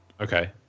Okay